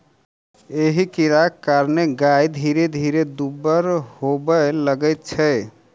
एहि कीड़ाक कारणेँ गाय धीरे धीरे दुब्बर होबय लगैत छै